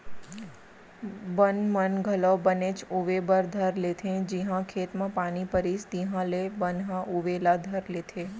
बन मन घलौ बनेच उवे बर धर लेथें जिहॉं खेत म पानी परिस तिहॉले बन ह उवे ला धर लेथे